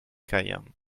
cayenne